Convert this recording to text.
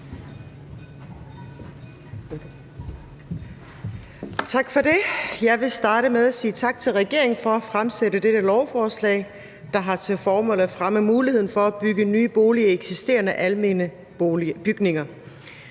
Tak for det. Jeg vil starte med at sige tak til regeringen for at fremsætte dette lovforslag, der har til formål at fremme muligheden for at bygge nye boliger i eksisterende almene bygninger.